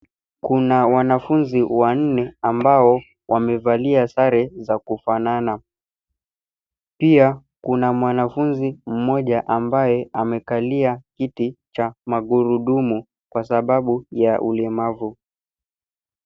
Kuna wanafunzi wanne ambao wamevalia sare za kufanana. Pia kuna mwanafunzi mmoja ambaye amekalia kiti cha magurudumu kwa sababu ya ulemavu.